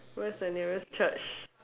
where's the nearest Church